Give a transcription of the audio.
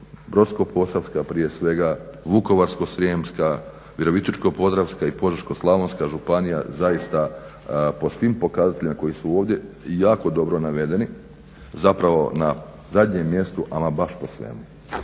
Brodsko-posavska prije svega, Vukovarsko-srijemska, Virovitičko-podravska i Požeško-slavonska županija zaista po svim pokazateljima koji su ovdje jako dobro navedeni, zapravo na zadnjem mjestu ama baš po svemu.